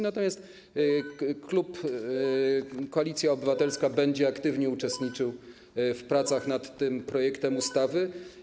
Natomiast klub Koalicja Obywatelska będzie aktywnie uczestniczył w pracach nad tym projektem ustawy.